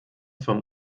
vom